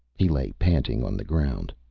he lay panting on the ground.